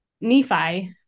Nephi